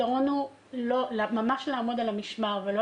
הפתרון הוא ממש לעמוד על המשמר ולא